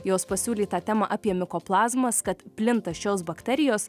jos pasiūlytą temą apie mikoplazmas kad plinta šios bakterijos